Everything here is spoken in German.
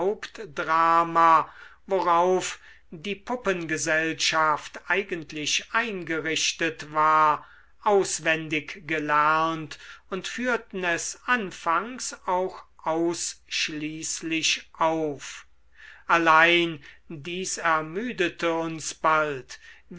hauptdrama worauf die puppengesellschaft eigentlich eingerichtet war auswendig gelernt und führten es anfangs auch ausschließlich auf allein dies ermüdete uns bald